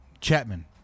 Chapman